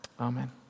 Amen